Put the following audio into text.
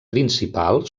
principal